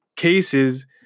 Cases